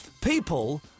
People